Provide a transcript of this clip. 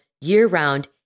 year-round